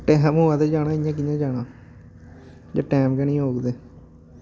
time होऐ ते जाना इ'यां कि'यां जाना जे टैम गै निं होग ते